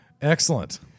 Excellent